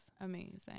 Amazing